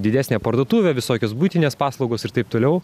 didesnė parduotuvė visokios buitinės paslaugos ir taip toliau